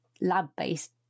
lab-based